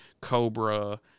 Cobra